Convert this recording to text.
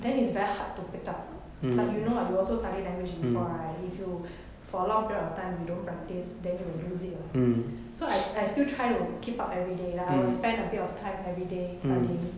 then is very hard to pick up like you know [what] you also study language before if you for a long period of time you don't practise then you will lose it [what] so as I I still try to keep up everyday like I will spend a bit of time everyday studying